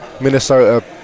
Minnesota